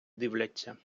дивляться